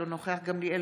אינו